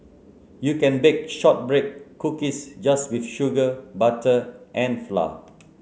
you can bake shortbread cookies just with sugar butter and flour